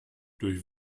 durch